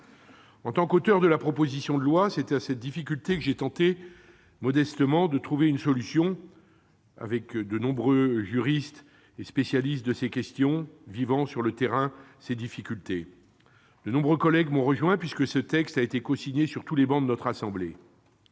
En tant qu'auteur de la proposition de loi, c'est à cette difficulté que j'ai tenté, modestement, de trouver une solution, aidé de nombreux juristes et spécialistes de ces questions, qui vivent, sur le terrain, ces difficultés. Nombre de collègues m'ont rejoint, puisque ce texte a été cosigné par des sénateurs issus de